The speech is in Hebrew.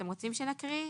אתם רוצים שנקריא?